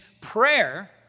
prayer